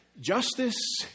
Justice